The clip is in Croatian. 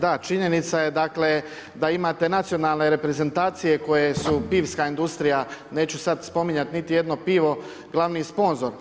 Da, činjenica je dakle da imate nacionalne reprezentacije koje su pivska industrija neću sada spominjati niti jedno pivo glavni sponzor.